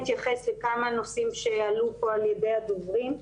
מתייחסת לכמה נושאים שעלו פה על ידי הדוברים.